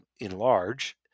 enlarge